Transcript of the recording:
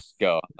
Go